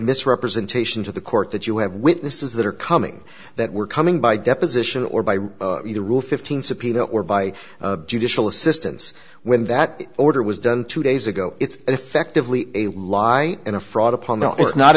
misrepresentation to the court that you have witnesses that are coming that were coming by deposition or by either rule fifteen subpoena or by judicial assistance when that order was done two days ago it's effectively a lie and a